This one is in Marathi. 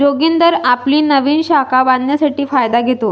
जोगिंदर आपली नवीन शाखा बांधण्यासाठी फायदा घेतो